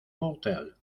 mortels